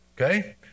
Okay